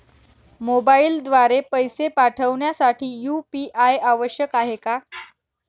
मोबाईलद्वारे पैसे पाठवण्यासाठी यू.पी.आय आवश्यक आहे का?